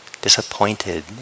disappointed